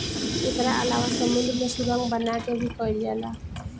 एकरा अलावा समुंद्र में सुरंग बना के भी कईल जाला